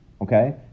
okay